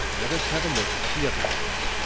let us have a look at the other rooms.